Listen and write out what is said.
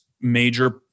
major